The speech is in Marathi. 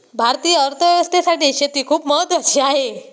भारतीय अर्थव्यवस्थेसाठी शेती खूप महत्त्वाची आहे